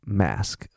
mask